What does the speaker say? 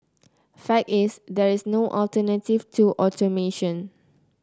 fact is there is no alternative to automation